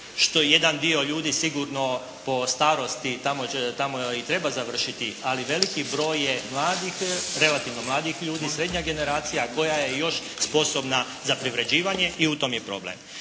što jedan dio ljudi sigurno po starosti tamo i treba završiti, ali veliki broj je mladih, relativno mladih ljudi, srednja generacija koja je još sposobna za privređivanje i u tom je problem.